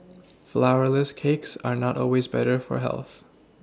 flourless cakes are not always better for health